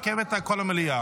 מעכב את כל המליאה.